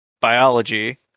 biology